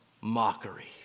mockery